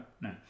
No